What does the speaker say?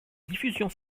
diffusion